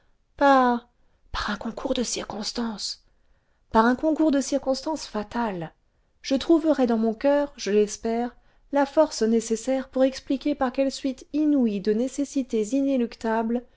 par un concours de circonstances par un concours de circonstances fatales je trouverai dans mon coeur je l'espère la force nécessaire pour expliquer par quelle suite inouïe de nécessités inéluctables